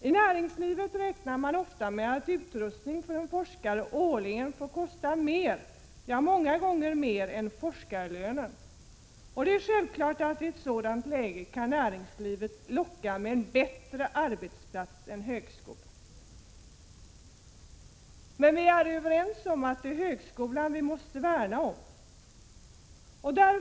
I näringslivet räknar man ofta med att utrustningen årligen för forskare får kosta många gånger mer än forskarlönen. Det är självklart att näringslivet i sådant läge kan locka med bättre arbetsplatser än högskolan. Vi är dock överens om att vi måste värna om högskolan.